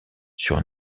sur